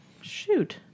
shoot